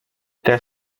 their